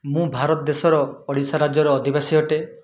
ମୁଁ ଭାରତ ଦେଶର ଓଡ଼ିଶା ରାଜ୍ୟର ଅଧିବାସୀ ଅଟେ